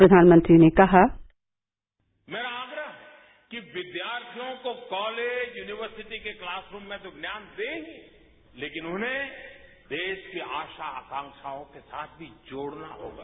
प्रधानमंत्री ने कहा मेरा आग्रह है कि विद्यार्थियों को कॉलेज यूनिवर्सिटीज़ के क्लासरूम में ज्ञान दें लेकिन उन्हें देश की आशा आकांक्षाओं के साथ भी जोड़ना होगा